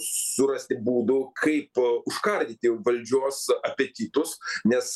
surasti būdų kaip užkardyti valdžios apetitus nes